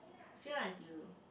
feel like you